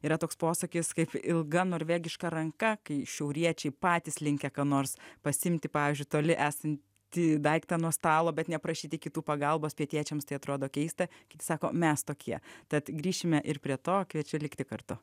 yra toks posakis kaip ilga norvegiška ranka kai šiauriečiai patys linkę ką nors pasiimti pavyzdžiui toli esantį daiktą nuo stalo bet neprašyti kitų pagalbos pietiečiams tai atrodo keista kiti sako mes tokie tad grįšime ir prie to kviečiu likti kartu